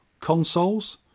consoles